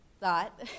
thought